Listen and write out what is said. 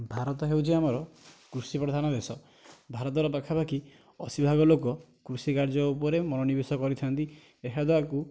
ଭାରତ ହେଉଛି ଆମର କୃଷି ପ୍ରଧାନ ଦେଶ ଭାରତର ପାଖା ପାଖି ଅଶୀ ଭାଗ ଲୋକ କୃଷି କାର୍ଯ୍ୟ ଉପରେ ମନୋନିବେଶ କରିଥାନ୍ତି ଏହା ଦ୍ୱାରା ଆଗକୁ